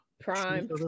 Prime